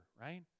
right